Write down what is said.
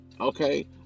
Okay